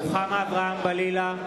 (קורא בשמות חברי הכנסת) רוחמה אברהם-בלילא,